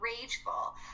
rageful